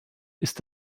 ist